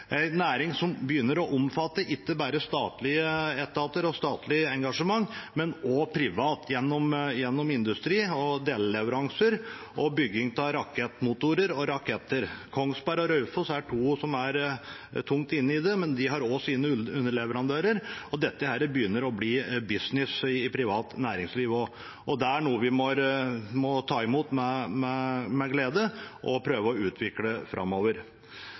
næring som nå ikke bare omfatter statlige etater og statlig engasjement, men også privat, gjennom industri og deleleveranser og bygging av rakettmotorer og raketter. Kongsberg og Raufoss er to som er tungt inne i det, men de har også sine underleverandører, og dette begynner å bli business i privat næringsliv. Det er noe vi må ta imot med glede og prøve å utvikle framover.